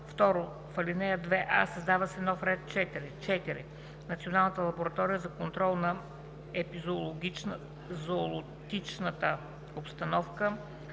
В ал. 2: а) създава се нов ред 4: „4. Национална лаборатория за контрол на епизоолотичната обстановка